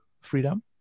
Freedom